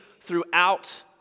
throughout